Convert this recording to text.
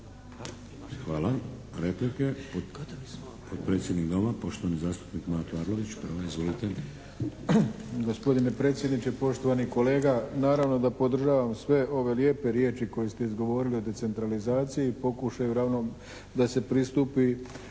Hvala. Replike. Potpredsjednik Doma poštovani zastupnik Mato Arlović. Izvolite. **Arlović, Mato (SDP)** Gospodine predsjedniče, poštovani kolega naravno da podržavam sve ove lijepe riječi koje ste izgovorili o decentralizaciji, pokušaju da se pristupi